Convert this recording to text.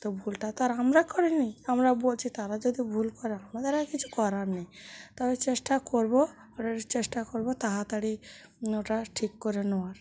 তো ভুলটা তো আর আমরা করিনি আমরা বলছি তারা যদি ভুল করে আমাদের আর কিছু করার নেই তবে চেষ্টা করব ওটা চেষ্টা করব তাড়াতাড়ি ওটা ঠিক করে নেওয়ার